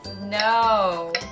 no